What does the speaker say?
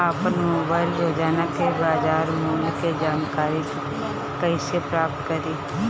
आपन मोबाइल रोजना के बाजार मुल्य के जानकारी कइसे प्राप्त करी?